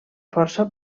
força